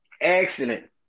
Excellent